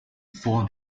for